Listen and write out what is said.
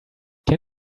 can